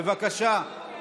בבקשה.